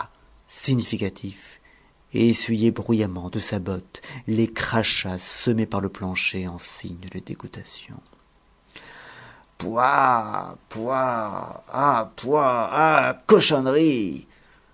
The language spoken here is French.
significatifs et essuyer bruyamment de sa botte les crachats semés par le plancher en signe de dégoûtation pouah pouah ah pouah ah cochonnerie